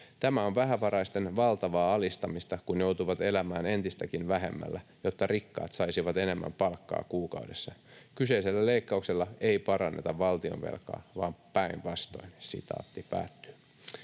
Tämä on vähävaraisten valtavaa alistamista, kun joutuvat elämään entistäkin vähemmällä, jotta rikkaat saisivat enemmän palkkaa kuukaudessa. Kyseisillä leikkauksilla ei paranneta valtionvelkaa vaan päinvastoin.” ”Poikani opiskelee